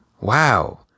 wow